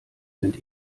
sind